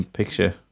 picture